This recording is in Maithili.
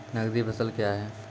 नगदी फसल क्या हैं?